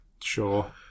Sure